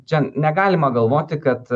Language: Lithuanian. čia negalima galvoti kad